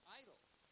idols